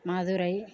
Madurai